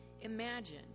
Imagine